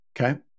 Okay